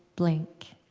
blink.